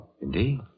Indeed